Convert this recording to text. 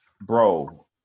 bro